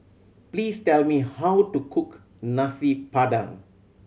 please tell me how to cook Nasi Padang